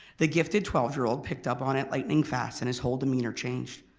the gifted twelve year old picked up on it lightning fast and his whole demeanor changed.